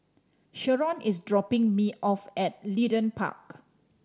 Sheron is dropping me off at Leedon Park